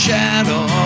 Shadow